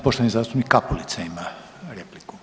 Poštovani zastupnik Kapulica ima repliku.